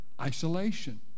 Isolation